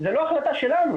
זו לא החלטה שלנו,